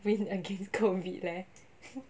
win against COVID leh